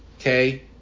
okay